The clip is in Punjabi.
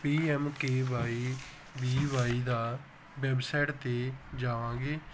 ਪੀਐਮਕੇਵਾਈਵੀਵਾਈ ਦੀ ਵੈਬਸਾਈਟ 'ਤੇ ਜਾਵਾਂਗੇ